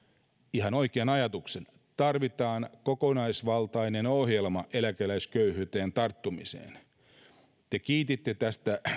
ihan oikean ajatuksen että tarvitaan kokonaisvaltainen ohjelma eläkeläisköyhyyteen tarttumiseen ja te kiititte tästä